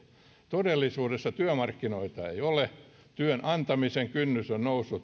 todellisuudessa työmarkkinoita ei ole työn antamisen kynnys on noussut ihan